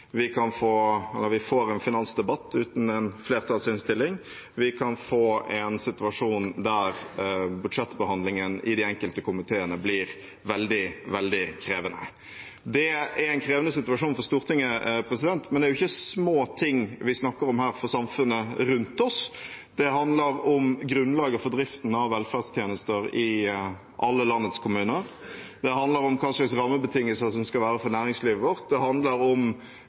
Vi kan få en situasjon der budsjettbehandlingen i de enkelte komiteene blir veldig, veldig krevende. Det er en krevende situasjon for Stortinget, men det er jo ikke små ting for samfunnet rundt oss vi snakker om her. Det handler om grunnlaget for driften av velferdstjenester i alle landets kommuner. Det handler om hva slags rammebetingelser det skal være for næringslivet vårt. Det handler om